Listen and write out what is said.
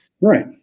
Right